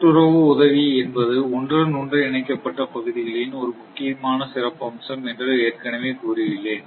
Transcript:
கூட்டுறவு உதவி என்பது ஒன்றுடன் ஒன்று இணைக்கப்பட்ட பகுதிகளின் ஒரு முக்கியமான சிறப்பம்சம் என்று ஏற்கனவே கூறியுள்ளேன்